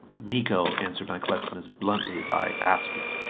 miko answered my question as bluntly as i asked it.